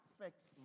affects